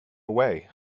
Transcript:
away